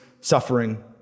suffering